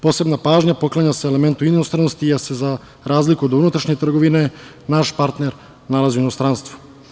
Posebna pažnja se poklanja elementu inostranosti, jer se za razliku od unutrašnje trgovine naš partner nalazi u inostranstvu.